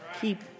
Keep